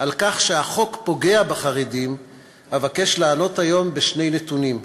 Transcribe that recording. שהחוק פוגע בחרדים אבקש לענות היום בשני נתונים: